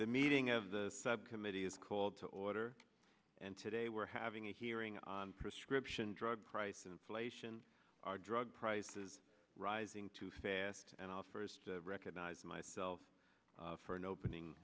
the meeting of the subcommittee is called to order and today we're having a hearing on prescription drug it's inflation are drug prices rising too fast and i'll first recognize myself for an opening